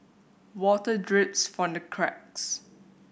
water drips from the cracks